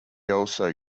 also